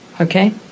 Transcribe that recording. Okay